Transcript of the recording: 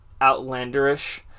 outlanderish